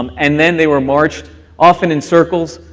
um and then they were marched often in circles,